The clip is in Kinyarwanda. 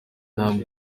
intambwe